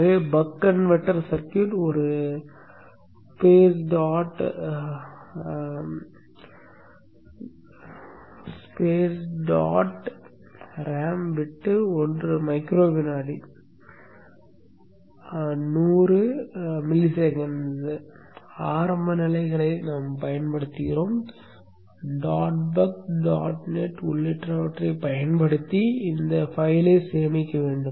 எனவே buck converter circuit ஒரு space dot ram விட்டு 1 மைக்ரோ வினாடி 100 ms ஆரம்ப நிலைகளைப் பயன்படுத்தவும் டாட் பக் டாட் நெட் உள்ளிட்டவற்றைப் பயன்படுத்தி இந்தக் கோப்பைச் சேமிக்கவும்